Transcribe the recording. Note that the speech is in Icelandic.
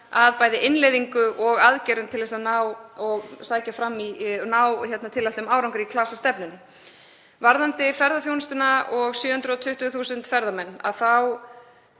að bæði innleiðingu og aðgerðum til að sækja fram og ná tilætluðum árangri í klasastefnunni. Varðandi ferðaþjónustuna og 720.000 ferðamenn þá